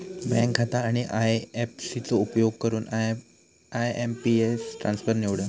bank खाता आणि IFC चो उपयोग करून आय.एम.पी.एस ट्रान्सफर निवडा